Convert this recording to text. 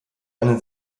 einen